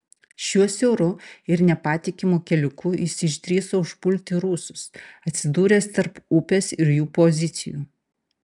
šiuo siauru ir nepatikimu keliuku jis išdrįso užpulti rusus atsidūręs tarp upės ir jų pozicijų